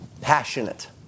passionate